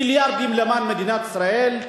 מיליארדים למען מדינת ישראל.